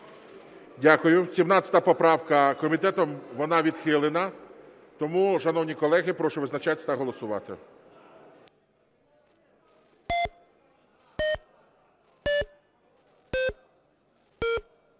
Дякую. 17 поправка, комітетом вона відхилена. Тому, шановні колеги, прошу визначатись та голосувати.